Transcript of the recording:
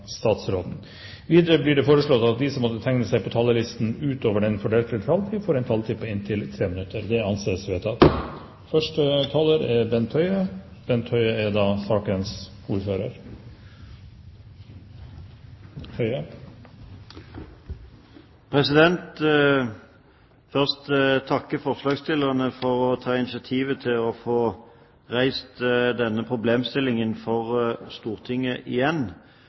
statsråden innenfor den fordelte taletid. Videre blir det foreslått at de som måtte tegne seg på talerlisten utover den fordelte taletid, får en taletid på inntil 3 minutter. – Det anses vedtatt. Først vil jeg takke forslagsstillerne for å ta initiativ til å få reist denne problemstillingen for Stortinget igjen